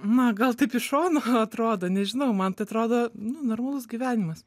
na gal taip iš šono atrodo nežinau man tai atrodo nu normalus gyvenimas